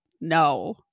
No